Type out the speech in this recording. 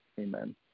Amen